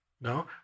no